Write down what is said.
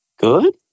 good